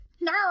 No